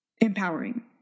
empowering